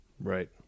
Right